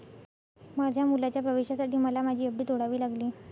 माझ्या मुलाच्या प्रवेशासाठी मला माझी एफ.डी तोडावी लागली